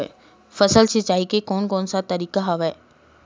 फसल सिंचाई के कोन कोन से तरीका हवय?